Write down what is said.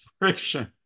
friction